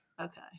okay